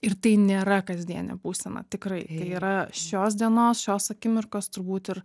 ir tai nėra kasdienė būsena tikrai tai yra šios dienos šios akimirkos turbūt ir